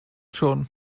schon